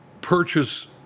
purchase